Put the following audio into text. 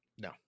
No